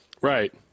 Right